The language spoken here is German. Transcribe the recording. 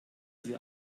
sie